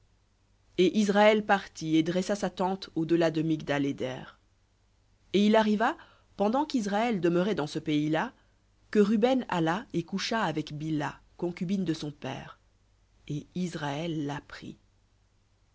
et israël partit et dressa sa tente au delà de mg dal da et il arriva pendant qu'israël demeurait dans ce pays-là que ruben alla et coucha avec bilha concubine de son père et israël l'apprit